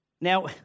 Now